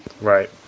Right